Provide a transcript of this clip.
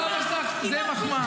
להיות כמו סבא שלך זו מחמאה.